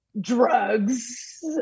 drugs